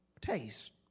Taste